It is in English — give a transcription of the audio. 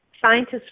scientists